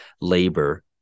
labor